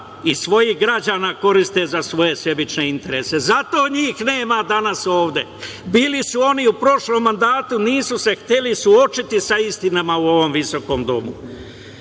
i svojih građana koriste za svoje sebične interese. Zato njih nema danas ovde. Bili su oni u prošlom mandatu, nisu se hteli suočiti sa istinama u ovom visokom